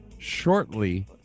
shortly